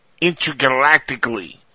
intergalactically